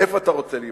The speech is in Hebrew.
איפה אתה רוצה להימצא.